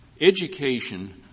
education